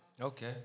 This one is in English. Okay